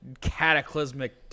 cataclysmic